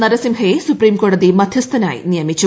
നരസിംഹയെ സുപ്രീംകോടതി മധ്യസ്ഥനായി നിയമിച്ചു